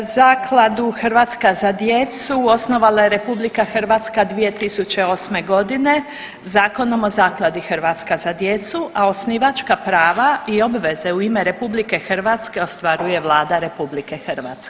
Zakladu „Hrvatska za djecu“ osnovala je RH 2008.g. Zakonom o Zakladi „Hrvatska za djecu“, a osnivačka prava i obveze u ime RH ostvaruje Vlada RH.